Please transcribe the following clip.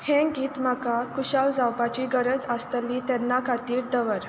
हें गीत म्हाका खुशाल जावपाची गरज आसतली तेन्ना खातीर दवर